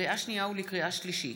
לקריאה שנייה ולקריאה שלישית: